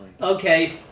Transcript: Okay